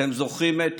אתם זוכרים את